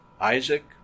Isaac